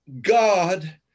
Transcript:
God